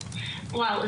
וואו,